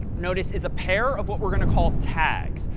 notice, is a pair of what we're going to call tags.